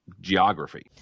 geography